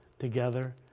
together